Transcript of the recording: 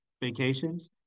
vacations